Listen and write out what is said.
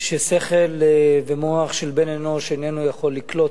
ששכל ומוח של בן-אנוש אינם יכולים לקלוט,